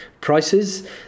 prices